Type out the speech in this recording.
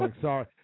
Sorry